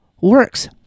works